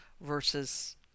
versus